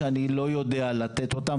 שאני לא יודע לתת אותן,